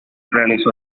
realizó